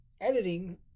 editing